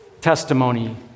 testimony